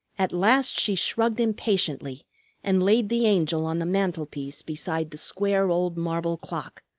at last she shrugged impatiently and laid the angel on the mantelpiece beside the square old marble clock,